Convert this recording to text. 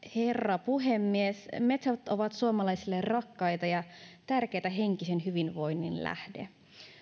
herra puhemies metsät ovat suomalaisille rakkaita ja tärkeitä henkisen hyvinvoinnin lähteitä